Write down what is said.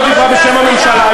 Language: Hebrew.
היא לא דיברה בשם הממשלה,